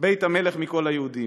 בית המלך מכל היהודים.